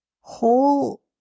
whole